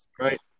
right